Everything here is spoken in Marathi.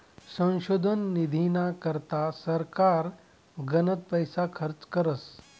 संशोधन निधीना करता सरकार गनच पैसा खर्च करस